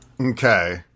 Okay